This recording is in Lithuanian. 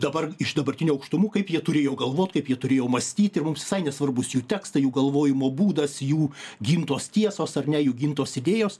dabar iš dabartinių aukštumų kaip jie turėjo galvot kaip jie turėjo mąstyti mums visai nesvarbūs jų tekstai jų galvojimo būdas jų gimtos tiesos ar ne jų gintos idėjos